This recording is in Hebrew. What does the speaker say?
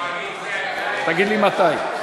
לשנת התקציב 2015,